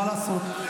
מה לעשות.